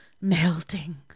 melting